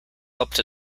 helped